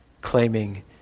claiming